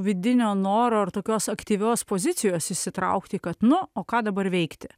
vidinio noro ar tokios aktyvios pozicijos įsitraukti kad nuo o ką dabar veikti